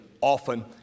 often